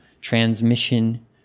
Transmission